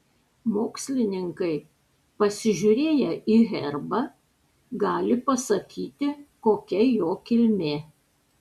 mokslininkai pasižiūrėję į herbą gali pasakyti kokia jo kilmė